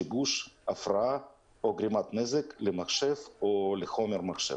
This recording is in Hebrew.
שיבוש, הפרעה או גרימת נזק למחשב או לחומר מחשב."